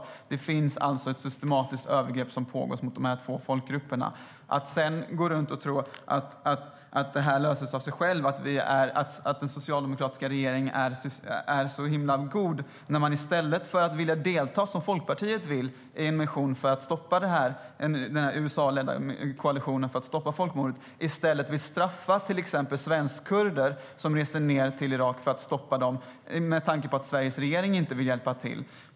Det pågår alltså ett systematiskt övergrepp mot dessa två folkgrupper. Det känns som att ni faktiskt skulle kunna göra mer än att gå runt och tro att det här löser sig av sig själv och att den socialdemokratiska regeringen är så himla god. I stället för att, som Folkpartiet vill, delta i den USA-ledda koalitionen för att stoppa folkmordet vill ni ju straffa till exempel svenskkurder som reser ned till Irak för att stoppa detta - vilket de gör med tanke på att Sveriges regering inte vill hjälpa till.